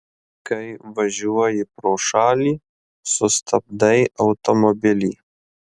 kai važiuoji pro šalį sustabdai automobilį